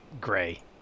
gray